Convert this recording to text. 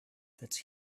that